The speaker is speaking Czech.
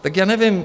Tak já nevím.